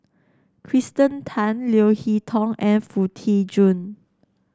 Kirsten Tan Leo Hee Tong and Foo Tee Jun